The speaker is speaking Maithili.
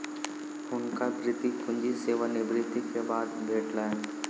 हुनका वृति पूंजी सेवा निवृति के बाद भेटलैन